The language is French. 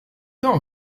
d’un